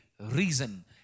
reason